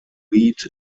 wheat